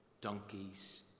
donkeys